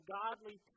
godly